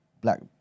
black